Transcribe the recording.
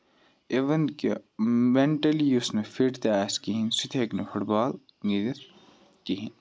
even کہِ mentally یُس نہٕ فِٹ تہِ آسہِ کِہیٖنۍ سُہ تہِ ہیٚکہِ نہٕ فُٹ بال گِندِتھ کِہینۍ